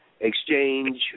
exchange